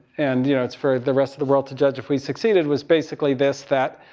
and you know it's for the rest of the world to judge if we succeeded was basically this, that.